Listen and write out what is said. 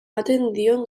garrantzia